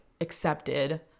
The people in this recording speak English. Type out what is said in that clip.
accepted